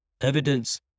evidence